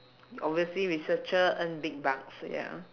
obviously researcher earn big bucks